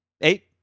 Eight